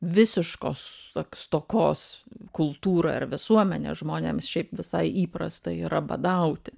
visiškos s stokos kultūra ir visuomenė žmonėms šiaip visai įprasta yra badauti